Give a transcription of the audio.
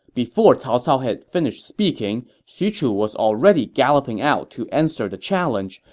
before cao cao had finished speaking, xu chu was already galloping out to answer the challenge,